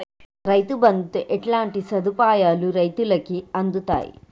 రైతు బంధుతో ఎట్లాంటి సదుపాయాలు రైతులకి అందుతయి?